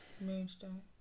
Moonstone